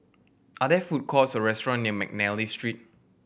are there food courts or restaurant near McNally Street